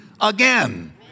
again